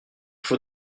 faut